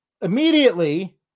immediately